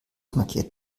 markiert